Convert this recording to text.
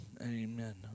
Amen